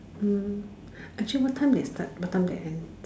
mm actually what time they start what time they end